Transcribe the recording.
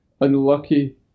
unlucky